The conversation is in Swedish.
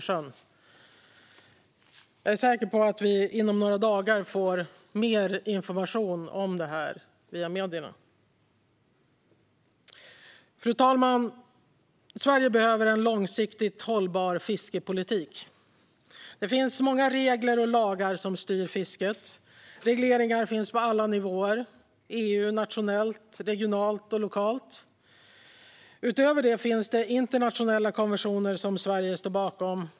Jag är säker på att vi inom några dagar får mer information om detta via medierna. Fru talman! Sverige behöver en långsiktigt hållbar fiskepolitik. Det finns många regler och lagar som styr fisket. Regleringar finns på alla nivåer: inom EU samt nationellt, regionalt och lokalt. Utöver det finns internationella konventioner som Sverige står bakom.